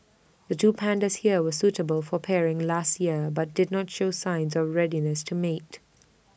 the two pandas here were suitable for pairing last year but did not show signs of readiness to mate